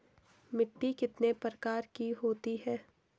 मिट्टी कितने प्रकार की होती है?